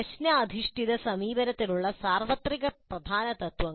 പ്രശ്ന അധിഷ്ഠിത സമീപനത്തിനുള്ള സാർവത്രിക പ്രധാനതത്ത്വങ്ങൾ